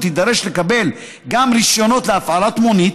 יידרש לקבל גם רישיונות להפעלת מונית,